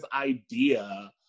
idea